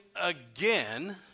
again